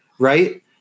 Right